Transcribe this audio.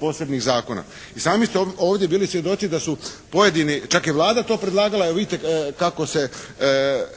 posebnih zakona. I sami ste ovdje bili svjedoci da su pojedini, čak je i Vlada to predlagala, evo vidite kako se